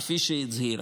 כפי שהצהירה,